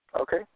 Okay